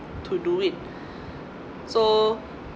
to do it so